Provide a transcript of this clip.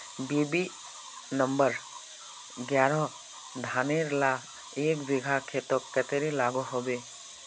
BB number एगारोह धानेर ला एक बिगहा खेतोत कतेरी लागोहो होबे?